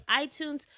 itunes